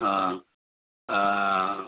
ஆ